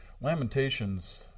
Lamentations